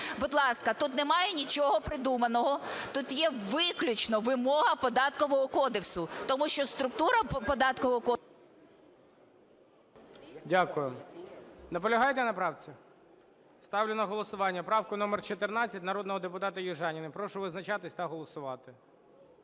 Будь ласка, тут немає нічого придуманого, тут є виключно вимога Податкового кодексу, тому що структура Податкового кодексу… ГОЛОВУЮЧИЙ. Дякую. Наполягаєте на правці? Ставлю на голосування правку номер 14 народного депутата Южаніної. Прошу визначатись та голосувати.